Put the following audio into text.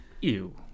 ew